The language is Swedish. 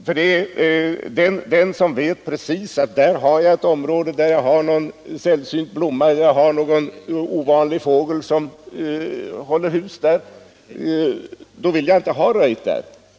Om jag vet att precis där har jag ett område med en sällsynt blomma, där håller en ovanlig fågel hus, då vill jag inte ha röjt där.